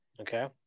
Okay